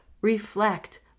reflect